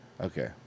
Okay